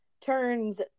turns